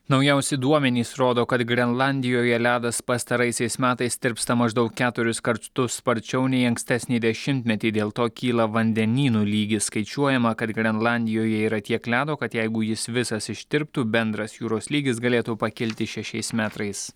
naujausi duomenys rodo kad grenlandijoje ledas pastaraisiais metais tirpsta maždaug keturis kartus sparčiau nei ankstesnį dešimtmetį dėl to kyla vandenynų lygis skaičiuojama kad grenlandijoje yra tiek ledo kad jeigu jis visas ištirptų bendras jūros lygis galėtų pakilti šešiais metrais